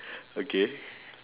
okay